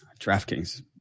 DraftKings